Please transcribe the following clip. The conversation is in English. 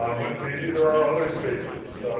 um but maybe there are other spaces,